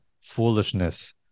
foolishness